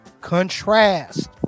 Contrast